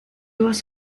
was